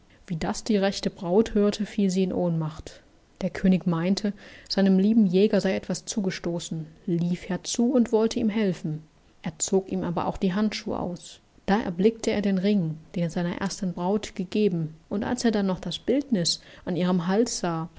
wie das die rechte braut hörte fiel sie in ohnmacht der könig meinte seinem lieben jäger sey etwas zugestoßen lief herzu und wollte ihm helfen er zog ihm aber auch die handschuh aus da erblickte er den ring den er seiner ersten braut gegeben und als er dann noch das bildniß an ihrem hals sah